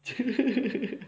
excuse me